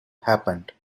happened